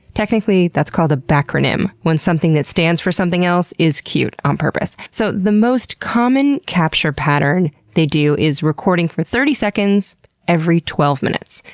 technically, that's called a backronym, when something that stands for something else is cute on purpose. so, the most common capture pattern they do is recording for thirty seconds every twelve minutes.